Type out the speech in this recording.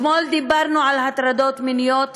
אתמול דיברנו על הטרדות מיניות,